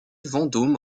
vendôme